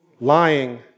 lying